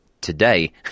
today